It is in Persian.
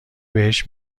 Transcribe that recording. بهش